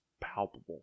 palpable